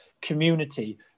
community